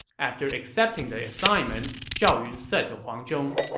after accepting the assignment, zhao yun said to huang zhong,